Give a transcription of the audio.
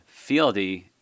Fieldy